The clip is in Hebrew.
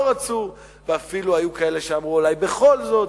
רצו ואפילו היו כאלה שאמרו: אולי בכל זאת,